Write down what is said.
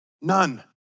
None